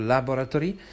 Laboratory